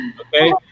okay